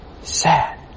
sad